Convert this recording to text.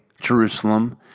Jerusalem